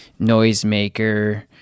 noisemaker